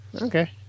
Okay